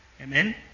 Amen